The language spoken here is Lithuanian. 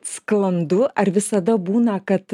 sklandu ar visada būna kad